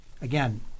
again